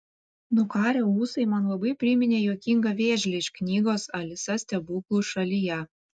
nukarę ūsai man labai priminė juokingą vėžlį iš knygos alisa stebuklų šalyje